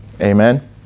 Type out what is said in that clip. Amen